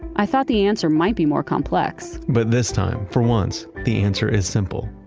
i thought the answer might be more complex but this time for once, the answer is simple.